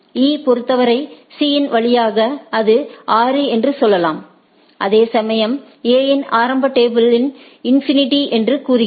E ஐப் பொறுத்தவரை C இன் வழியாக அது 6 என்று செல்லலாம் அதேசமயம் A இன் ஆரம்ப டேபிள் அது இன்ஃபினிடி என்று கூறுகிறது